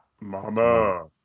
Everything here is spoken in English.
Mama